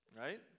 Right